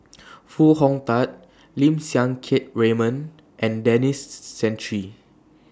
Foo Hong Tatt Lim Siang Keat Raymond and Denis Santry